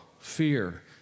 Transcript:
fear